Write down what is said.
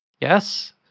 Yes